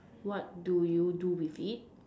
what do you do with it